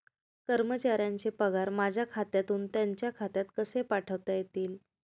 कर्मचाऱ्यांचे पगार माझ्या खात्यातून त्यांच्या खात्यात कसे पाठवता येतील?